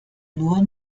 nur